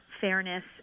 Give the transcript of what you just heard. fairness